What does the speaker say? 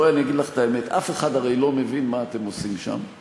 בואי אני אגיד לך את האמת: אף אחד הרי לא מבין מה אתם עושים שם,